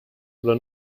oder